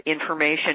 information